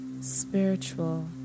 spiritual